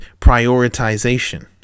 prioritization